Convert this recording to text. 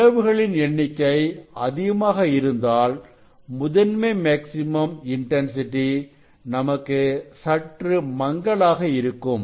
பிளவுகளின் எண்ணிக்கை அதிகமாக இருந்தால் முதன்மை மேக்ஸிமம் இன்டர்சிட்டி நமக்கு சற்று மங்கலாக இருக்கும்